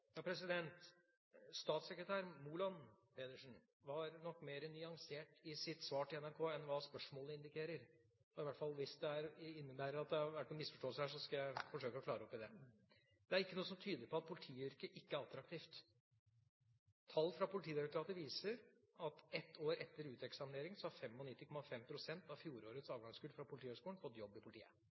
Statssekretær Moland Pedersen var nok mer nyansert i sitt svar til NRK enn hva spørsmålet indikerer. Hvis det har vært noen misforståelse her, skal jeg forsøke å klare opp i den. Det er ikke noe som tyder på at politiyrket ikke er attraktivt. Tall fra Politidirektoratet viser at ett år etter uteksaminering har 99,5 pst. av fjorårets avgangskull fra Politihøgskolen fått jobb i politiet.